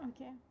Okay